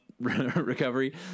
recovery